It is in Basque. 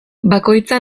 bakoitza